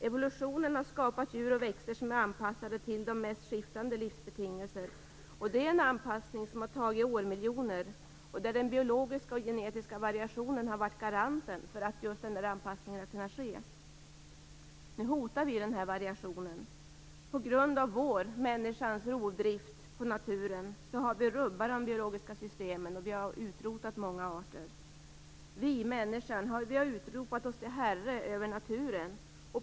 Evolutionen har skapat djur och växter som är anpassade till de mest skiftande livsbetingelser. Det är en anpassning som har tagit årmiljoner och där den biologiska och genetiska variationen har varit garanten för att just denna anpassning har kunnat ske. Nu hotar vi denna variation. På grund av människans rovdrift på naturen har vi rubbat de biologiska systemen och utrotat många arter. Vi, människan, har utropat oss till herre över naturen.